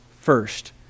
first